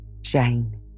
Jane